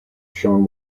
shown